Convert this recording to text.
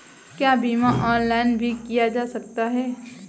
क्या बीमा ऑनलाइन भी किया जा सकता है?